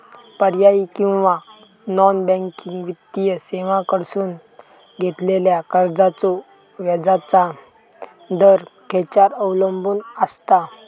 पर्यायी किंवा non banking वित्तीय सेवांकडसून घेतलेल्या कर्जाचो व्याजाचा दर खेच्यार अवलंबून आसता?